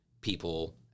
people